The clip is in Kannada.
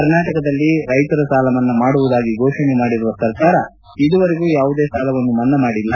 ಕರ್ನಾಟಕದಲ್ಲಿ ರೈತರ ಸಾಲಮನ್ನಾ ಮಾಡುವುದಾಗಿ ಘೋಷಣೆ ಮಾಡಿರುವ ಸರ್ಕಾರ ಇದುವರೆಗೂ ಯಾವುದೇ ಸಾಲವನ್ನು ಮನ್ನಾ ಮಾಡಿಲ್ಲ